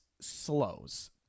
slows